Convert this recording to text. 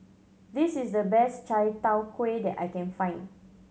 this is the best chai tow kway that I can find